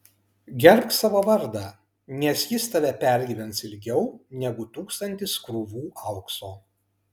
gerbk savo vardą nes jis tave pergyvens ilgiau negu tūkstantis krūvų aukso